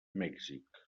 mèxic